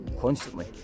constantly